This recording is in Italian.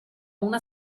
una